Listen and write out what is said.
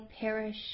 perish